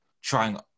trying